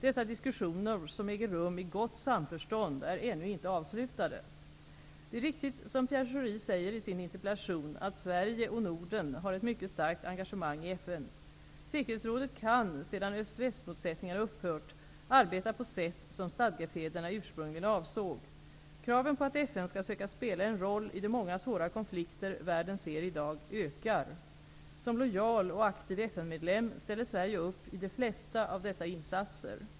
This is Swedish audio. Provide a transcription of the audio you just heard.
Dessa diskussioner, som äger rum i gott samförstånd, är ännu inte avslutade. Det är riktigt som Pierre Schori säger i sin interpellation, att Sverige -- och Norden -- har ett mycket starkt engagemang i FN. Säkerhetsrådet kan -- sedan öst-västmotsättningarna upphört -- arbeta på sätt som stadgefäderna ursprungligen avsåg. Kraven på att FN skall söka spela en roll i de många svåra konflikter världen ser i dag ökar. Som lojal och aktiv FN-medlem ställer Sverige upp i de flesta av dessa insatser.